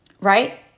right